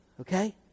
okay